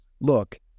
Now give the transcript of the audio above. look